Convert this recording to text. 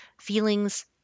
feelings